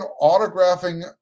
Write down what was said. autographing